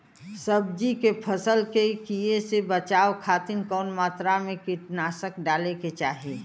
सब्जी के फसल के कियेसे बचाव खातिन कवन मात्रा में कीटनाशक डाले के चाही?